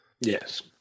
Yes